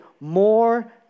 more